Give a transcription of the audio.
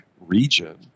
region